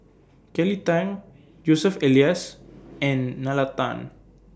Kelly Tang Joseph Elias and Nalla Tan